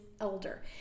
elder